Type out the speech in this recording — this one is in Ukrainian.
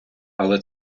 але